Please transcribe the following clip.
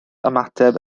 ymateb